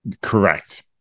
Correct